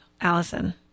Allison